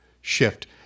shift